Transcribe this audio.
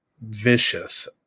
vicious